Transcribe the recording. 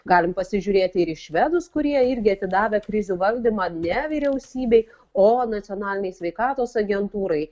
galim pasižiūrėti ir į švedus kurie irgi atidavę krizių valdymą ne vyriausybei o nacionalinei sveikatos agentūrai